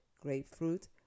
grapefruit